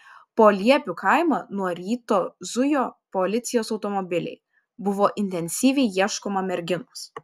po liepių kaimą nuo ryto zujo policijos automobiliai buvo intensyviai ieškoma merginos